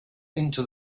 into